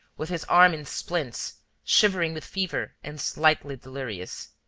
with his arm in splints, shivering with fever and slightly delirious.